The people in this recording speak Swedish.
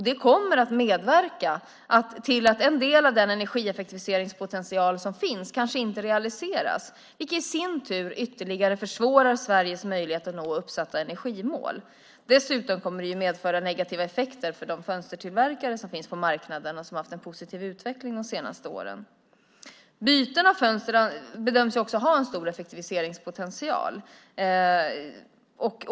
Det kommer att medverka till att en del av den energieffektiviseringspotential som finns kanske inte realiseras, vilket i sin tur ytterligare försvårar Sveriges möjligheter att nå uppsatta energimål. Dessutom kommer det att medföra negativa effekter för de fönstertillverkare som finns på marknaden och som haft en positiv utveckling de senaste åren. Också byte av fönster bedöms ha en stor effektiviseringspotential.